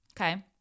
okay